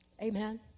Amen